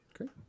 Okay